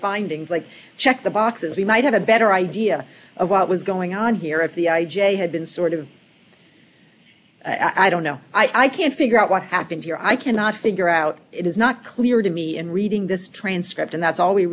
findings like check the boxes we might have a better idea of what was going on here if the i j a had been sort of i don't know i can't figure out what happened here i cannot figure out it is not clear to me in reading this transcript and that's all we